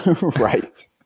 Right